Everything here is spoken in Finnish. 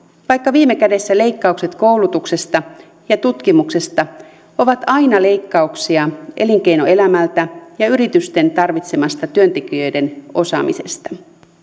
vaikka viime kädessä leikkaukset koulutuksesta ja tutkimuksesta ovat aina leikkauksia elinkeinoelämältä ja yritysten tarvitsemasta työntekijöiden osaamisesta